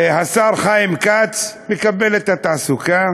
שהשר חיים כץ מקבל את התעסוקה,